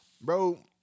bro